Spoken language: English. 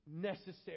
necessary